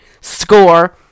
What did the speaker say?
Score